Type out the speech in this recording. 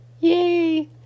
Yay